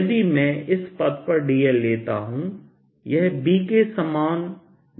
यदि मैं इस पथ परdl लेता हूं यह B के समान दिशा में है